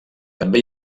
també